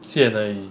剑而已